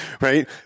Right